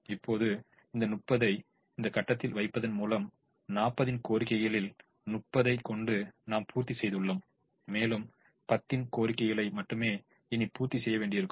இப்போது 30 ஐ இந்த கட்டத்தில் வைப்பதன் மூலம் 40 ன் கோரிக்கைகளில் 30 ஐ நாம் பூரித்து செய்துள்ளோம் மேலும் 10 ன் கோரிக்கைகளை மட்டுமே இனி பூர்த்தி செய்ய வேண்டியிருக்கும்